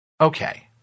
Okay